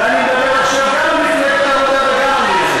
ואני מדבר עכשיו גם על מפלגת העבודה וגם על מרצ.